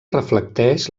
reflecteix